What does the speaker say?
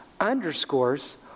underscores